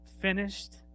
finished